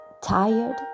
tired